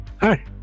Hi